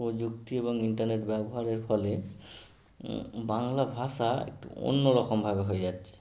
প্রযুক্তি এবং ইন্টারনেট ব্যবহারের ফলে বাংলা ভাষা একটু অন্যরকমভাবে হয়ে যাচ্ছে